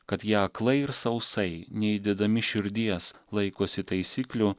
kad jie aklai ir sausai neįdedami širdies laikosi taisyklių